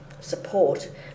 Support